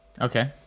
Okay